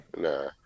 Nah